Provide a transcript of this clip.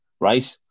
Right